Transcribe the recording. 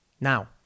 Now